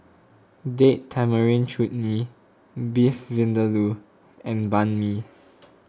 Date Tamarind Chutney Beef Vindaloo and Banh Mi